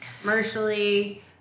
commercially